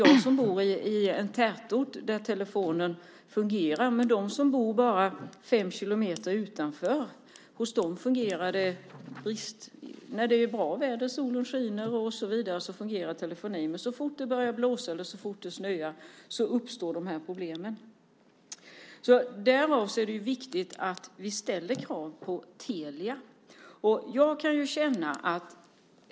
Jag bor själv i en tätort där telefonen fungerar, men hos dem som bor bara fem kilometer utanför fungerar telefonin när det är bra väder och solen skiner, men så fort det börjar blåsa eller snöa uppstår dessa problem. Därför är det viktigt att vi ställer krav på Telia.